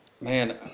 Man